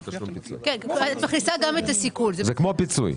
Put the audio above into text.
זה כמו פיצוי.